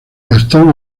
gastón